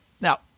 Now